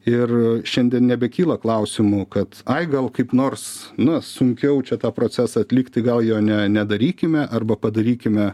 ir šiandien nebekyla klausimų kad ai gal kaip nors na sunkiau čia tą procesą atlikti gal jo ne nedarykime arba padarykime